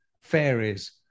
fairies